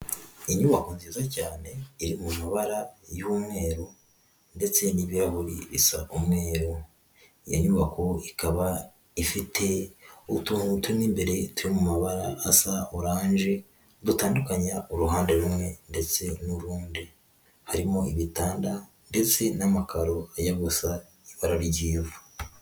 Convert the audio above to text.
Inyubako nziza cyane iri mu mabara y'umweru ndetse n'ibirahuri bisa umweru. Iyo nyubako ikaba ifite utuntu turimo imbere turi mu mabara asa oranje dutandukanya uruhande rumwe ndetse n'urundi, harimo igitanda ndetse n'amakaro arya gusa ibara ry'ivu.